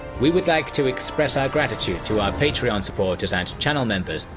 we would like to express our gratitude to our patreon supporters and channel members,